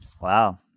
wow